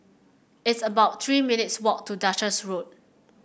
it's about Three minutes' walk to Duchess Road